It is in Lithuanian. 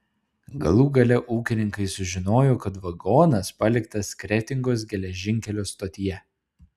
galų gale ūkininkai sužinojo kad vagonas paliktas kretingos geležinkelio stotyje